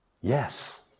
Yes